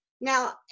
Now